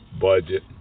budget